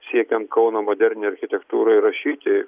siekiant kauno modernią architektūrą įrašyti